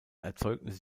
erzeugnisse